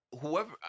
whoever